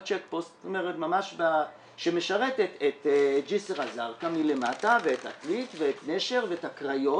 בצ'ק פוסט שמשרת את ג'סר א-זרקא מלמטה ואת עתלית ואת נשר ואת הקריות,